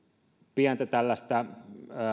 pientä